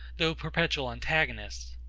though perpetual antagonists